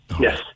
yes